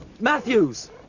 Matthews